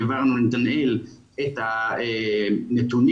העברנו לנתנאל את הנתונים.